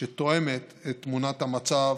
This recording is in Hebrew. שתואמת את תמונת המצב